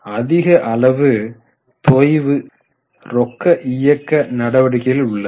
அதிக அளவு தொய்வு ரொக்க இயக்க நடவடிக்கைகளில் உள்ளது